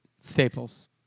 Staples